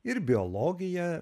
ir biologija